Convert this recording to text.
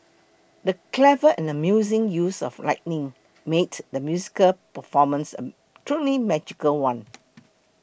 the clever and amazing use of lighting made the musical performance a truly magical one